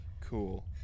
Cool